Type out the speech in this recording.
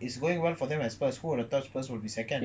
it's going well for spurs who would have thought spurs will be second